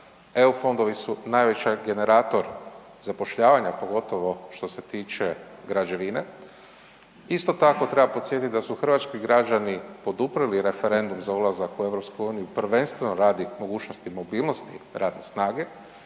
EU fondovi su najveći generatori zapošljavanja pogotovo što se tiče građevine. Isto tako treba podsjetiti da su hrvatski građani poduprijeli referendum za ulazak u EU prvenstveno radi mogućnosti mobilnosti radne snage,